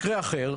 מקרה אחר,